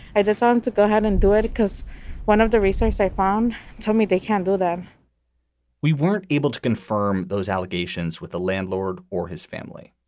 i decided um to go ahead and do it because one of the research i found told me they can't do that we weren't able to confirm those allegations with the landlord or his family.